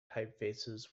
typefaces